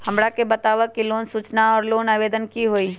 हमरा के बताव कि लोन सूचना और लोन आवेदन की होई?